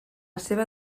seva